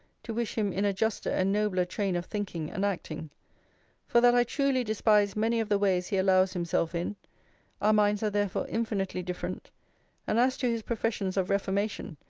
to wish him in a juster and nobler train of thinking and acting for that i truly despised many of the ways he allows himself in our minds are therefore infinitely different and as to his professions of reformation,